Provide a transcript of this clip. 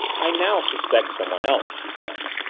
i now suspect somebody else, she said.